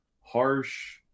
harsh